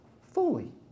fully